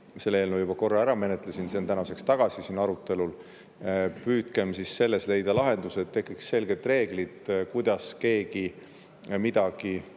selle eelnõu juba korra ära menetlesin, see on tänaseks tagasi siin arutelul. Püüdkem siis selles leida lahendus, et tekiks selged reeglid, kuidas keegi midagi